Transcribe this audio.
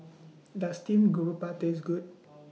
Does Steamed Garoupa Taste Good